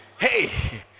Hey